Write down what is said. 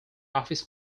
office